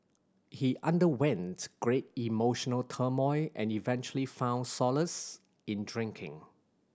he underwent great emotional turmoil and eventually found solace in drinking